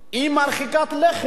והיא מרחיקת לכת.